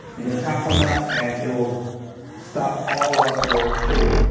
you can tap on that, and it will stop all of your streaming.